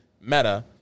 meta